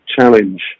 challenge